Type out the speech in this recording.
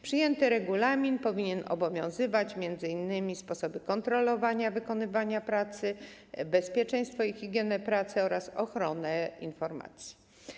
Przyjęty regulamin powinien obejmować m.in. sposoby kontrolowania wykonywania pracy, bezpieczeństwo i higienę pracy oraz ochronę informacji.